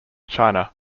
china